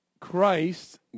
Christ